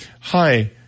hi